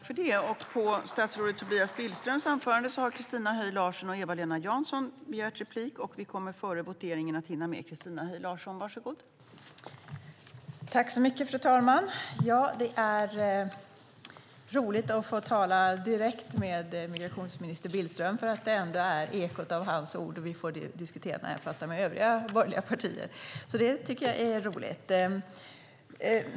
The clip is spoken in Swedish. Fru talman! Det är roligt att få tala direkt med migrationsminister Billström, för det är ändå ekot av hans ord vi får diskutera när jag pratar med övriga borgerliga partier.